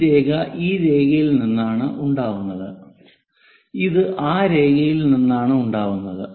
ഈ രേഖ ഈ രേഖയിൽ നിന്നാണ് ഉണ്ടാവുന്നത് ഇത് ആ രേഖയിൽ നിന്നാണ് ഉണ്ടാവുന്നത്